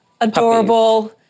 adorable